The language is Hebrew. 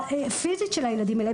הפיזית של הילדים האלה.